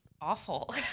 awful